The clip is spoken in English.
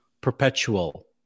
perpetual